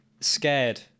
scared